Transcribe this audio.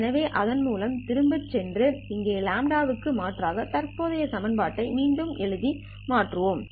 எனவே இதன் மூலம் திரும்பிச் சென்று இங்கே λ க்கு மாற்றாக தற்போதைய சமன்பாட்டை மீண்டும் எழுதவும் மாற்றுவோம்